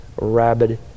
rabid